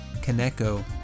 Kaneko